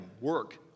work